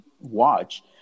watch